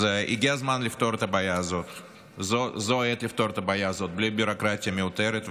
אז הגיע הזמן לפתור את הבעיה הזאת בלי ביורוקרטיה מיותרת.